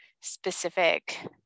specific